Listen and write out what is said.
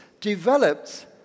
developed